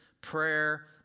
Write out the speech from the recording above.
prayer